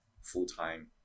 full-time